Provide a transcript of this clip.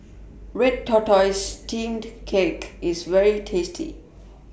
Red Tortoise Steamed Cake IS very tasty